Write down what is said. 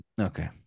Okay